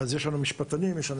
יש לנו חוקרים משפטנים,